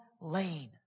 lane